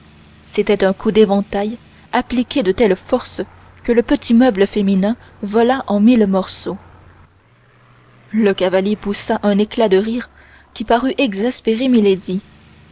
c'était un coup d'éventail appliqué de telle force que le petit meuble féminin vola en mille morceaux le cavalier poussa un éclat de rire qui parut exaspérer milady d'artagnan